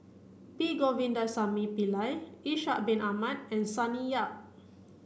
P Govindasamy Pillai Ishak bin Ahmad and Sonny Yap